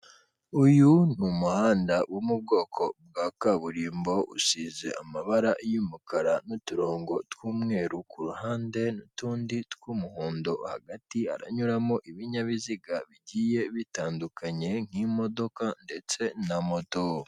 Uyu ni umuhanda wo mu bwoko bwa kaburimbo usize amabara y'umukara n'uturongo tw'umweru ku hande n'utundi tw'umuhondo hagati haranyuramo ibinyabiziga bigiye bitandukanye nk'imodoka ndetse na moto.